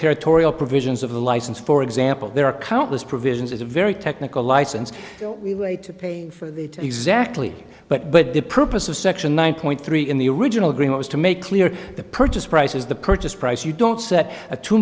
territorial provisions of the license for example there are countless provisions is a very technical license to pay for it exactly but but the purpose of section one point three in the original agreement was to make clear the purchase price is the purchase price you don't set a two